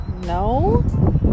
No